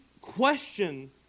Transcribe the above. question